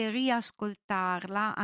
riascoltarla